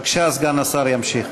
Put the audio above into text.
בבקשה, סגן השר ימשיך.